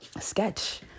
sketch